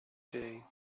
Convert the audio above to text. day